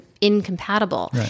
incompatible